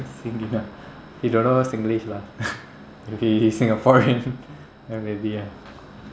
see gin nah he don't know singlish lah if he singaporean then maybe ah